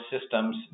systems